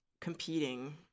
competing